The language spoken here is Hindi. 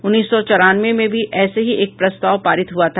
उन्नीस सौ चौरानवें में भी ऐसे ही एक प्रस्ताव पारित हुआ था